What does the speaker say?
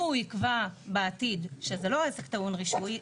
לו הוא יקבע בעתיד שזה לא עסק טעון רישוי,